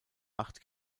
acht